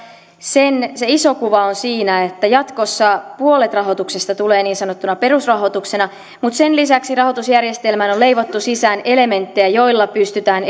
se iso kuva on siinä että jatkossa puolet rahoituksesta tulee niin sanottuna perusrahoituksena mutta sen lisäksi rahoitusjärjestelmään on leivottu sisään elementtejä joilla pystytään